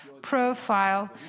profile